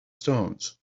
stones